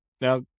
Now